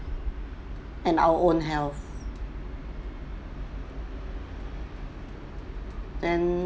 and our own health and